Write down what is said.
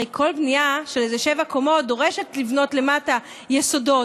הרי כל בנייה של איזה שבע קומות דורשת לבנות למטה יסודות.